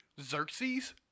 Xerxes